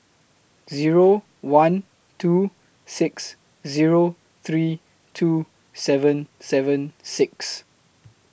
Zero one two six Zero three two seven seven six